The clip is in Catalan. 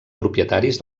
propietaris